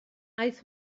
aeth